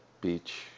Beach